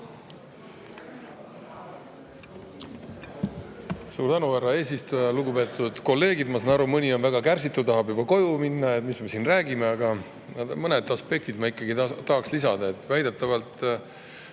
Suur tänu, härra eesistuja! Lugupeetud kolleegid! Ma saan aru, et mõni on väga kärsitu, tahab juba koju minna, et mis me siin räägime, aga mõned aspektid ma ikkagi tahan lisada. Sellised